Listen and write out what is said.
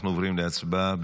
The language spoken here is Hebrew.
אנחנו עוברים להצבעה.